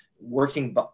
working